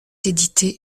éditée